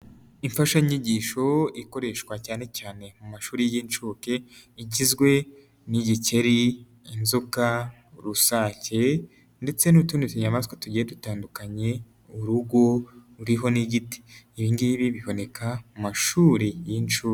Imfashanyigisho ikoreshwa cyane cyane mu mashuri y'inshuke igizwe: n'igikeri, inzoga, rusake ndetse n'utundi tunyamaswa tugiye dutandukanye, urugo uriho n'igiti, ibi ngibi biboneka mu mashuri y'inshuke.